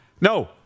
No